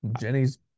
Jenny's